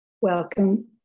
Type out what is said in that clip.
Welcome